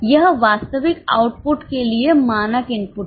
यह वास्तविक आउटपुट के लिए मानक इनपुट है